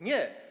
Nie.